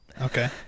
Okay